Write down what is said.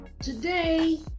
Today